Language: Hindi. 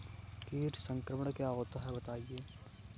कीट संक्रमण क्या होता है बताएँ?